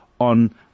on